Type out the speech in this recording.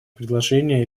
предложения